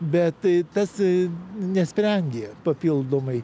bet tai tas nesprendė papildomai